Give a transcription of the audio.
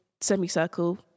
semicircle